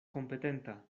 kompetenta